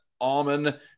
almond